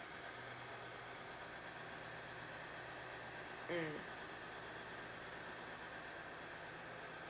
mm